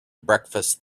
breakfast